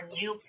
new